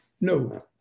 No